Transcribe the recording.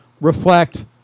reflect